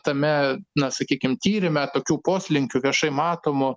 tame na sakykim tyrime tokių poslinkių viešai matomų